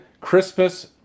Christmas